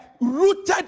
rooted